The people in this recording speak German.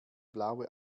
blaue